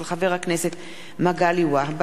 מאת חבר הכנסת מגלי והבה,